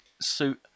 suit